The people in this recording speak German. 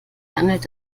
handelt